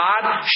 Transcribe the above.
God